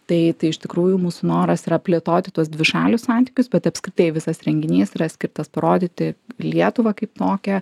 tai tai iš tikrųjų mūsų noras yra plėtoti tuos dvišalius santykius bet apskritai visas renginys yra skirtas parodyti lietuvą kaip tokią